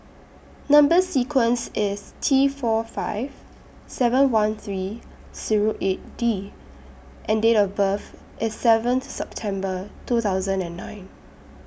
Number sequence IS T four five seven one three Zero eight D and Date of birth IS seventh September two thousand and nine